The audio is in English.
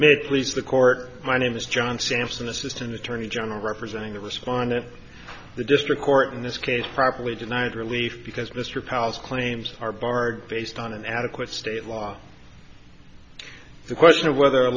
may please the court my name is john sampson assistant attorney general representing the respondent the district court in this case properly denied relief because mr pelz claims are barred based on an adequate state law the question of whether